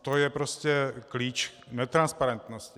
To je prostě klíč k netransparentnosti.